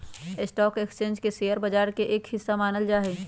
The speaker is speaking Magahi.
स्टाक एक्स्चेंज के शेयर बाजार के एक हिस्सा मानल जा हई